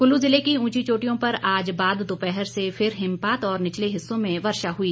कुल्लू ज़िले की ऊंची चोटियों पर आज बाद दोपहर से फिर हिमपात और निचले हिस्सों में वर्षा हुई